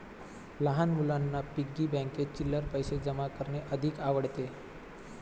लहान मुलांना पिग्गी बँकेत चिल्लर पैशे जमा करणे अधिक आवडते